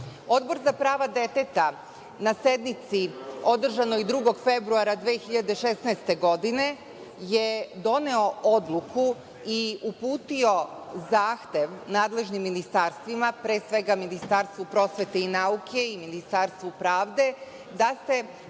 Odbor za prava deteta na sednici održanoj 2. februara 2016. godine je doneo odluku i uputio zahtev nadležnim ministarstvima, pre svega Ministarstvu prosvete i nauke i Ministarstvu pravde, da se